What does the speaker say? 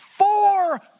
Four